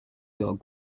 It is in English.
dog